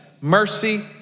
mercy